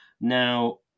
Now